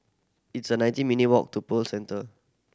it's a nineteen minute walk to Pearl Centre